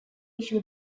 issue